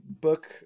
book